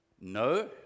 No